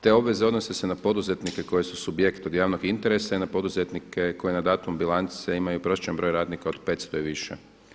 Te obveze se odnose na poduzetnike koji su subjekt od javnog interesa i na poduzetnike koji na datum bilance imaju prosječan broj radnika od 500 i više.